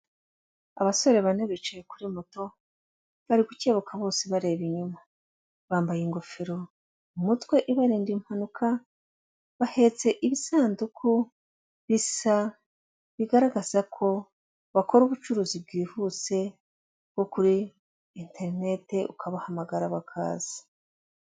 Abasore bane bicaye kuri moto bari gucyebuka bose bareba inyuma bambaye ingofero mu mutwe ibarinda impanuka bahetse ibisanduku bisa bigaragaza ko bakora ubucuruzi bwihuse bwo kuri interineti ukabahamagara bakaza.